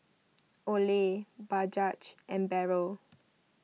Olay and Barrel